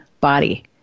body